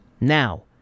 Now